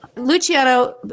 Luciano